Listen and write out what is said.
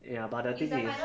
ya but the thing is